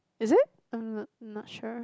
is it I'm not not sure